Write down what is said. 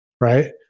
Right